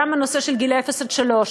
גם בנושא של גילאי אפס עד שלוש,